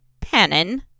Pannon